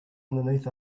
underneath